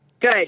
Good